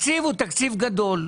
התקציב הוא תקציב גדול.